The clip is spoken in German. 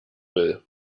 will